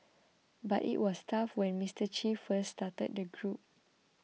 but it was tough when Mister Che first started the group